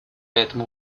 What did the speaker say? этому